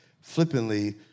flippantly